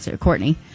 Courtney